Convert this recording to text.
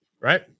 right